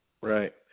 right